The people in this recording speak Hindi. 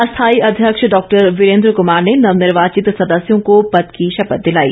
अस्थाई अध्यक्ष डॉ वीरेन्द्र कुमार ने नवनिर्वाचित सदस्यों को पद की शपथ दिलाई